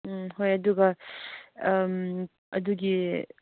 ꯎꯝ ꯍꯣꯏ ꯑꯗꯨꯒ ꯑꯗꯨꯒꯤ